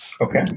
Okay